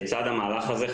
לצד המהלך הזה,